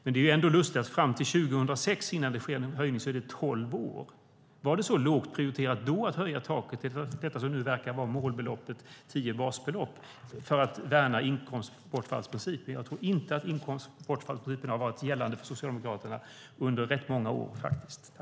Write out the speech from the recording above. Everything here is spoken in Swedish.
Men det är ändå lustigt att fram till 2006, innan det sker någon höjning, går det tolv år. Var det så lågt prioriterat då att höja taket till detta som nu verkar vara målbeloppet - tio basbelopp - för att värna inkomstbortfallsprincipen? Jag tror att inkomstbortfallsprincipen under rätt många år inte har varit gällande för Socialdemokraterna.